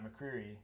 McCreary